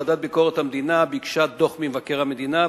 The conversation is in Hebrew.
ועדת ביקורת המדינה ביקשה דוח ממבקר המדינה,